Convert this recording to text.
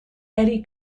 eddy